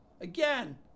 Again